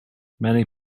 many